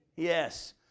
Yes